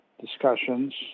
discussions